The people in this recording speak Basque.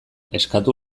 eskatu